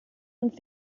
uns